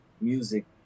music